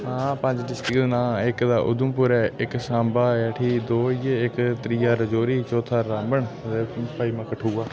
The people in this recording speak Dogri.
हां पंज डिस्ट्रक्ट दे नांऽ इक दा उधमपुर ऐ इक साम्बा आया ठीक दो होई गे इक त्रीआ राजौरी चौथा रामबन पंजमा कठुआ